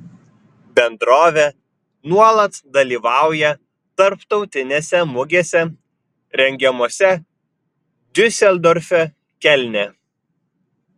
bendrovė nuolat dalyvauja tarptautinėse mugėse rengiamose diuseldorfe kelne